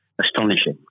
astonishing